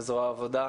מנהל זרוע העבודה,